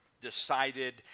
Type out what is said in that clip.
decided